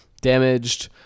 damaged